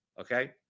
okay